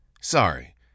sorry